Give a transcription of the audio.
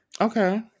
Okay